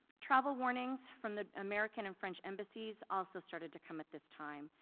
travel warnings from the american and french embassies also started to come at this time,